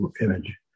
image